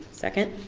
second.